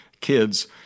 kids